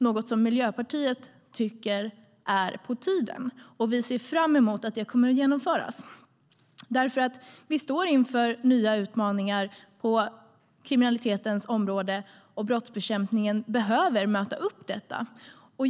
Det är något Miljöpartiet tycker är på tiden, och vi ser fram emot att det kommer att genomföras. Vi står nämligen inför nya utmaningar på kriminalitetens område, och brottsbekämpningen behöver möta detta.